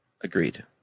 Agreed